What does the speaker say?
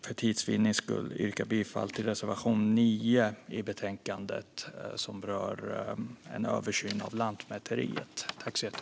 För tids vinning yrkar jag bifall endast till reservation 9 i betänkandet, som rör en översyn av Lantmäteriet.